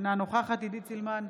אינה נוכחת עידית סילמן,